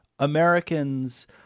Americans